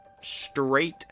straight